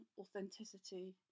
authenticity